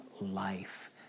life